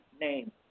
name